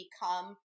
become